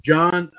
John